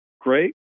great